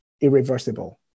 irreversible